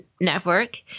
Network